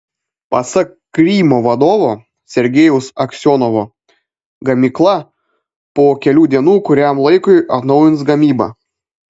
pasak krymo vadovo sergejaus aksionovo gamykla po kelių dienų kuriam laikui atnaujins gamybą